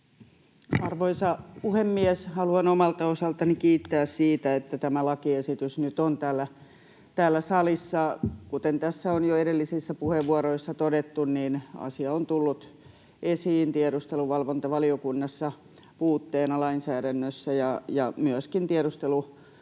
Arvoisa puhemies! Haluan omalta osaltani kiittää siitä, että tämä lakiesitys nyt on täällä salissa. Kuten tässä on jo edellisissä puheenvuoroissa todettu, asia on tullut esiin tiedusteluvalvontavaliokunnassa puutteena lainsäädännössä, ja myöskin tiedusteluvalvontavaltuutetun